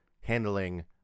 handling